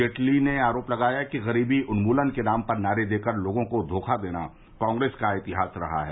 जेटली ने आरोप लगाया कि गरीबी उन्मूलन के नाम पर नारे देकर लोगों को धोखा देना कांग्रेस का इतिहास रहा है